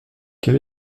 quel